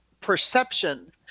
perception